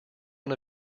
one